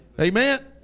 amen